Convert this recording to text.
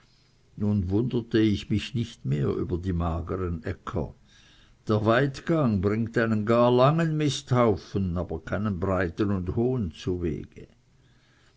nun wunderte ich mich nicht mehr über die magern äcker der weidgang bringt einen gar langen misthaufen aber keinen breiten und hohen zuwege